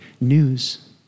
news